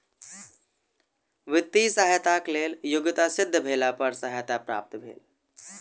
वित्तीय सहयताक लेल योग्यता सिद्ध भेला पर सहायता प्राप्त भेल